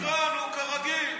תקרא, נו, כרגיל,